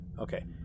Okay